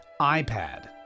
iPad